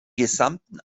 gesamten